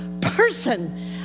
person